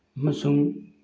ꯑꯃꯁꯨꯡ